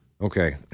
Okay